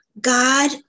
God